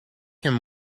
him